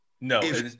No